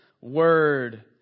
word